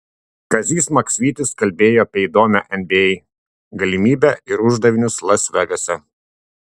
kazys maksvytis kalbėjo apie įdomią nba galimybę ir uždavinius las vegase